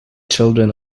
children